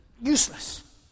useless